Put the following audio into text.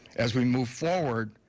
as we move forward,